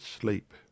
sleep